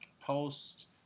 post